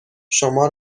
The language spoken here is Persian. شما